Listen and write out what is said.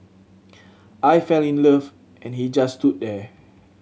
I fell in love and he just stood there